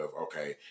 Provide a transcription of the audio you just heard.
okay